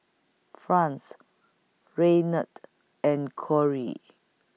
Franz Raynard and Corry